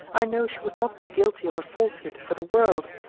i know she would not be guilty of a falsehood for the world,